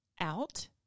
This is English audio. out